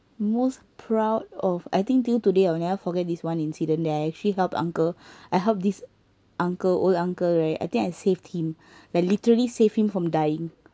most proud of I think till today I'll never forget this one incident that I actually help uncle I help this uncle old uncle right I think I saved him like literally save him from dying